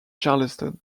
charleston